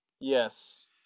Yes